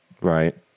Right